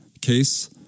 case